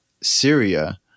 Syria